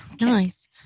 Nice